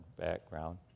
background